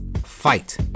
fight